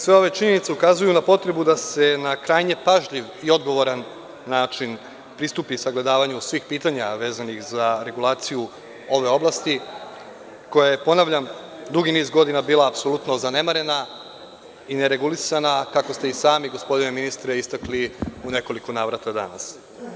Sve ove činjenice ukazuju na potrebu da se na krajnje pažljiv i odgovoran način pristupi sagledavanju svih pitanja vezanih za regulaciju ove oblasti koja je ponavljam, dugi niz godina bila apsolutno zanemarena i neregulisana, a kako ste i sami gospodine ministre istakli u nekoliko navrata danas.